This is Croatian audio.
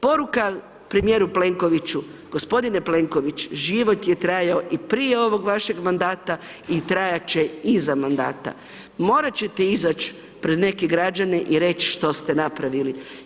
Poruka premijeru Plenkoviću, g. Plenković, život je trajao i prije ovog vašeg mandata i trajat će iza mandata, morat ćete izaći pred neke građane i reć što ste napravili.